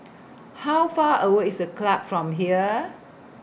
How Far away IS A Club from here